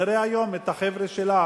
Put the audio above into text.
נראה היום את החבר'ה שלה,